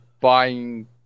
buying